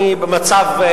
אני במצב,